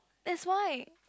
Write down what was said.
that's why